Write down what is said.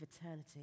eternity